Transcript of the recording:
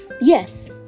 yes